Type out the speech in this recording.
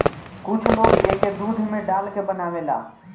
कुछ लोग एके दूध में डाल के बनावेला